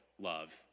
love